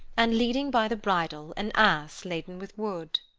and leading by the bridle an ass laden with wood.